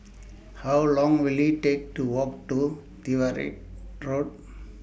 How Long Will IT Take to Walk to Tyrwhitt Road